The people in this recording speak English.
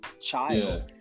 child